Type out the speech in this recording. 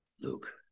Luke